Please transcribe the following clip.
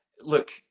look